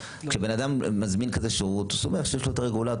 כשבן אדם מזמין כזה בריאות הוא שמח שיש לו את הרגולטור,